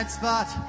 spot